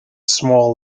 small